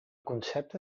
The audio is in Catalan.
concepte